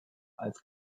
als